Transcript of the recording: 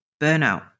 burnout